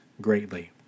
greatly